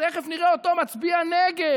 תכף נראה אותו מצביע נגד.